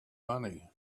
money